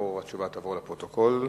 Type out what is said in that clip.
התשובה תעבור לפרוטוקול,